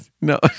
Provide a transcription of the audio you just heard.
no